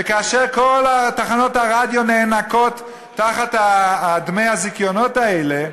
וכאשר כל תחנות הרדיו נאנקות תחת דמי הזיכיונות האלה,